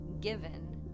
given